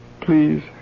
please